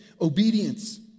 Obedience